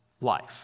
life